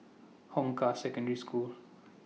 Hong Kah Secondary School